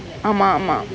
ஆமா மா:aamaa maa